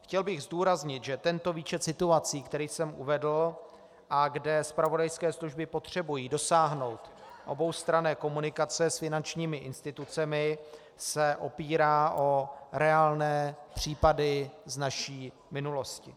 Chtěl bych zdůraznit, že tento výčet situací, který jsem uvedl a kde zpravodajské služby potřebují dosáhnout oboustranné komunikace s finančními institucemi, se opírá o reálné případy z naší minulosti.